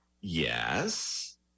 yes